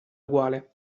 uguale